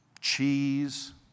cheese